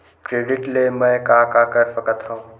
Credit ले मैं का का कर सकत हंव?